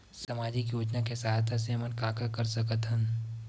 सामजिक योजना के सहायता से हमन का का कर सकत हन?